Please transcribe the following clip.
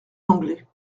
d’anglais